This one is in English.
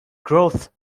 growth